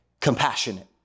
compassionate